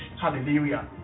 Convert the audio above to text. Hallelujah